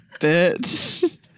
Bitch